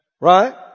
right